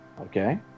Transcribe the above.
Okay